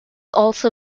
also